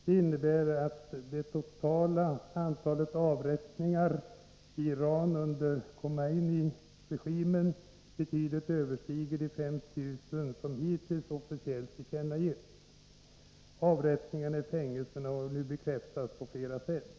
Det innebär att det totala antalet avrättningar i Iran under Khomeiniregimen betydligt överstiger det antal på 5 000 som hittills officiellt tillkännagetts. Avrättningarna i fängelserna har bekräftats på flera sätt.